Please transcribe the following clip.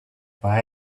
buy